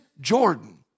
Jordan